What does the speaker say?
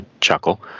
chuckle